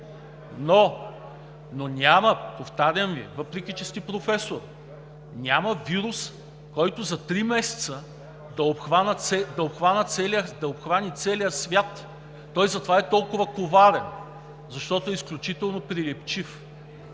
Но няма, повтарям, въпреки че сте професор, няма вирус, който за три месеца да обхване целия свят. Той затова е толкова коварен, защото е изключително прилепчив.